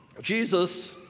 Jesus